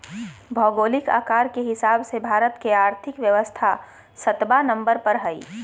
भौगोलिक आकार के हिसाब से भारत के और्थिक व्यवस्था सत्बा नंबर पर हइ